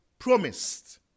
Promised